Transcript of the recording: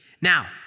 Now